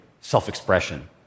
self-expression